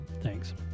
thanks